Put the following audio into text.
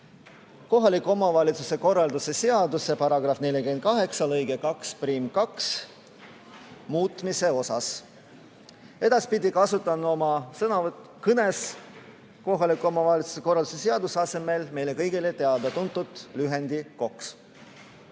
kohaliku omavalitsuse korralduse seaduse § 48 lõike 2² muutmise kohta. Edaspidi kasutan oma kõnes kohaliku omavalitsuse korralduse seaduse asemel meile kõigile teada-tuntud lühendit